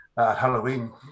Halloween